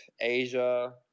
Asia